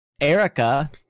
Erica